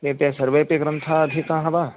एते सर्वेपि ग्रन्थाः अधीताः वा